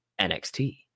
NXT